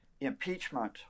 Impeachment